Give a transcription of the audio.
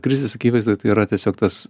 krizės akivaizdoj tai yra tiesiog tas